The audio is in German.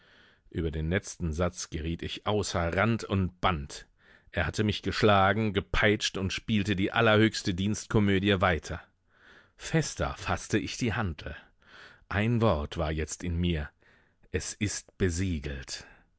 über den letzten satz geriet ich außer rand und band er hatte mich geschlagen gepeitscht und spielte die allerhöchste dienstkomödie weiter fester faßte ich die hantel ein wort war jetzt in mir es ist besiegelt